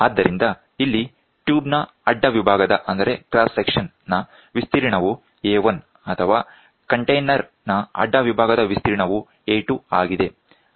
ಆದ್ದರಿಂದ ಇಲ್ಲಿ ಟ್ಯೂಬ್ನ ಅಡ್ಡ ವಿಭಾಗದ ವಿಸ್ತೀರ್ಣವು A1 ಅಥವಾ ಕಂಟೇನರ್ ನ ಅಡ್ಡ ವಿಭಾಗದ ವಿಸ್ತೀರ್ಣವು A2 ಆಗಿದೆ